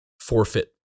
forfeit